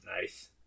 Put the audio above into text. Nice